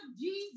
Jesus